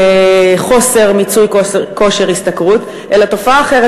חוסר מיצוי כושר השתכרות אלא תופעה אחרת,